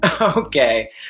Okay